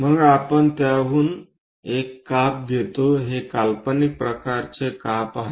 मग आपण त्याहून एक काप घेतो हे काल्पनिक प्रकारचे काप आहेत